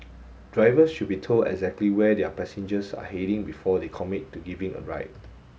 drivers should be told exactly where their passengers are heading before they commit to giving a ride